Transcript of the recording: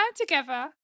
together